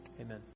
Amen